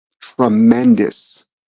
tremendous